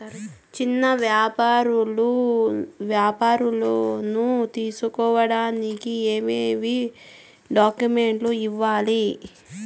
చిన్న వ్యాపారులు లోను తీసుకోడానికి ఏమేమి డాక్యుమెంట్లు ఇవ్వాలి?